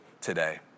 today